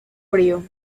frío